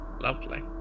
Lovely